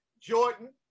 Jordan